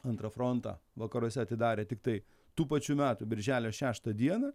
antrą frontą vakaruose atidarė tiktai tų pačių metų birželio šeštą dieną